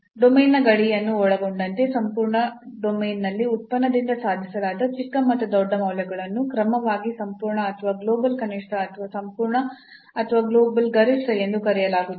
ಡೊಮೇನ್ನ ಗಡಿಯನ್ನು ಒಳಗೊಂಡಂತೆ ಸಂಪೂರ್ಣ ಡೊಮೇನ್ನಲ್ಲಿ ಉತ್ಪನ್ನದಿಂದ ಸಾಧಿಸಲಾದ ಚಿಕ್ಕ ಮತ್ತು ದೊಡ್ಡ ಮೌಲ್ಯಗಳನ್ನು ಕ್ರಮವಾಗಿ ಸಂಪೂರ್ಣ ಅಥವಾ ಗ್ಲೋಬಲ್ ಕನಿಷ್ಠ ಅಥವಾ ಸಂಪೂರ್ಣ ಅಥವಾ ಗ್ಲೋಬಲ್ ಗರಿಷ್ಠ ಎಂದು ಕರೆಯಲಾಗುತ್ತದೆ